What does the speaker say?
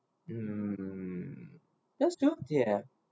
mm that's true ya